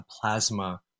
plasma